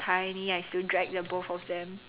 tiny I still drag the both of them